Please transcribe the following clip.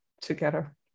together